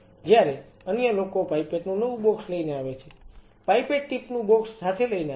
જ્યારે અન્યલોકો પાઇપેટ નું નવું બોક્સ લઈને આવે છે પાઇપેટ ટીપ નું બોક્સ સાથે લઈને આવે છે